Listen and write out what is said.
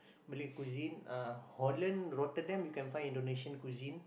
Malay cuisine uh Holland Rotterdam you can find Indonesian cuisine